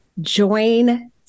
join